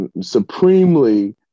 supremely